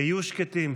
היו שקטים,